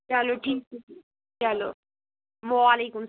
چَلو ٹھیٖک چھُ چَلو وعلیکُم السلام